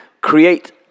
create